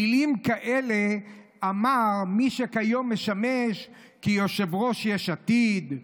מילים כאלה אמר מי שכיום משמש יושב-ראש יש עתיד,